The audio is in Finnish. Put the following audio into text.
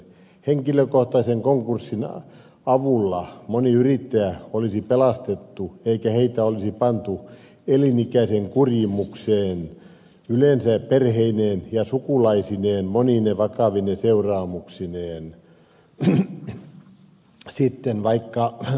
henkilökohtaisen konkurssin avulla moni yrittäjä olisi pelastettu eikä heitä olisi pantu elinikäiseen kurimukseen mihin ovat joutuneet yleensä perheineen ja sukulaisineen monine vakavine seuraamuksineen